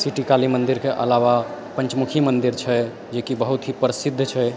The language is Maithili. सिटी काली मन्दिरके अलावा पंचमुखी मन्दिर छै जे कि बहुत ही प्रसिद्ध छै